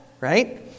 Right